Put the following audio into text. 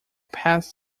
pass